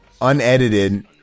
unedited